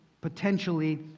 potentially